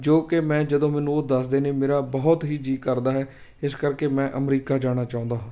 ਜੋ ਕਿ ਮੈਂ ਜਦੋਂ ਮੈਨੂੰ ਉਹ ਦੱਸਦੇ ਨੇ ਮੇਰਾ ਬਹੁਤ ਹੀ ਜੀਅ ਕਰਦਾ ਹੈ ਇਸ ਕਰਕੇ ਮੈਂ ਅਮਰੀਕਾ ਜਾਣਾ ਚਾਹੁੰਦਾ ਹਾਂ